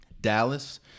Dallas